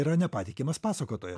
yra nepatikimas pasakotojas